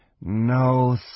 No